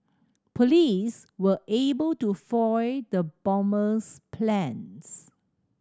police were able to foil the bomber's plans